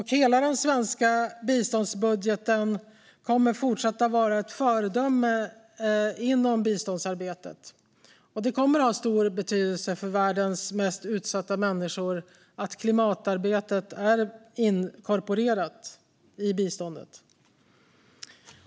Hela den svenska biståndsbudgeten kommer att fortsätta att vara ett föredöme inom biståndsarbetet, och det kommer att ha stor betydelse för världens mest utsatta människor att klimatarbetet är inkorporerat i biståndet.